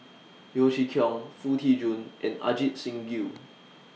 Yeo Chee Kiong Foo Tee Jun and Ajit Singh Gill